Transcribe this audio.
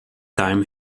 time